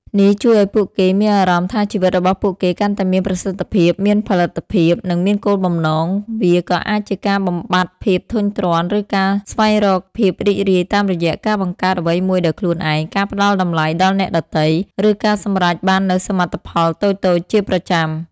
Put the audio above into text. នេះជួយឱ្យពួកគេមានអារម្មណ៍ថាជីវិតរបស់ពួកគេកាន់តែមានប្រសិទ្ធភាព មានផលិតភាព និងមានគោលបំណង វាក៏អាចជាការបំបាត់ភាពធុញទ្រាន់ ឬការស្វែងរកភាពរីករាយតាមរយៈការបង្កើតអ្វីមួយដោយខ្លួនឯង ការផ្តល់តម្លៃដល់អ្នកដទៃ ឬការសម្រេចបាននូវសមិទ្ធផលតូចៗជាប្រចាំ។